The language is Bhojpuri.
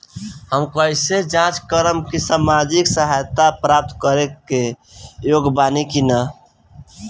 हम कइसे जांच करब कि सामाजिक सहायता प्राप्त करे के योग्य बानी की नाहीं?